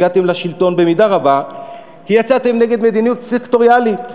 הגעתם לשלטון במידה רבה כי יצאתם נגד מדיניות סקטוריאלית,